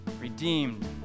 redeemed